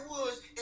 Woods